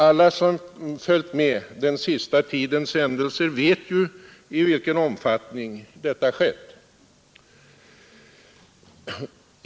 Alla som följt med den senaste tidens händelser vet i vilken omfattning detta skett.